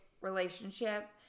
relationship